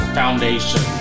foundation